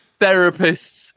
therapists